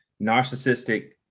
narcissistic